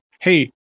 hey